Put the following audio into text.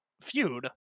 feud